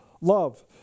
love